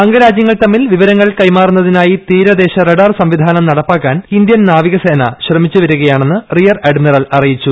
അംഗരാജ്യങ്ങൾ തമ്മിൽ വിവരങ്ങൾ കൈമാറുന്നതിനായി തീരദേശ റഡാർ സംവിധാനം നടപ്പാക്കാൻ ഇന്ത്യൻ നാവികസേന ശ്രമിച്ചുവരികയാണെന്ന് റിയർ അഡ്മിറൽ അറിയിച്ചു